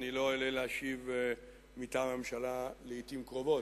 אני לא אעלה להשיב מטעם הממשלה לעתים קרובות.